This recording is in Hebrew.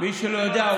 מי שלא יודע,